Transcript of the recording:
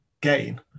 gain